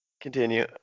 continue